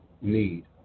need